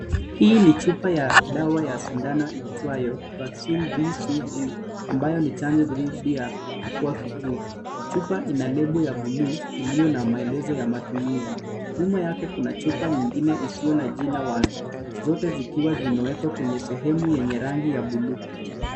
Hii ni chupa ya dawa ya sindano iitwayo Vaccine BCG ambayo ni chanjo dhidi ya kifua kikuu. Chupa ina lebo ya buluu iliyo na maelezo ya matumizi. Nyuma yake kuna chupa nyingine isiyo na jina wazi, zote zikiwa zimewekwa kwenye sehemu yenye rangi ya buluu.